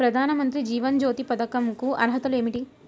ప్రధాన మంత్రి జీవన జ్యోతి పథకంకు అర్హతలు ఏమిటి?